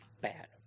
Bad